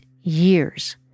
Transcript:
years